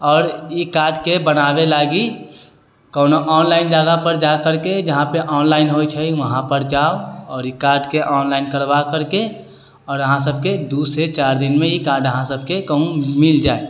आओर ई कार्डके बनाबै लागी कोनो ऑनलाइन जगहपर जा करिके जहाँपर ऑनलाइन होइ छै वहाँपर जाउ आओर ई कार्डके ऑनलाइन करबा करिके आओर अहाँ सबके दुइसँ चारि दिनमे ई कार्ड अहाँ सबके कहूँ मिल जाएत